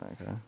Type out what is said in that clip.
Okay